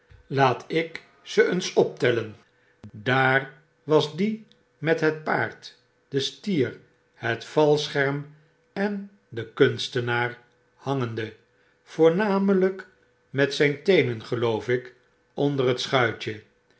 laat ik ze eens optellen daar was die met het paard den stier hetvalscherm en den kunstenaar hangende voornamelijk met zyn teenen geloof ik onder het schuitje